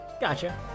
Gotcha